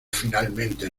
finalmente